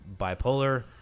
bipolar